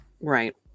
right